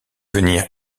venir